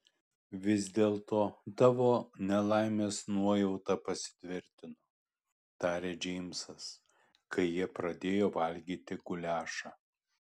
vis dėlto tavo nelaimės nuojauta pasitvirtino tarė džeimsas kai jie pradėjo valgyti guliašą